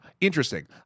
Interesting